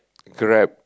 Grab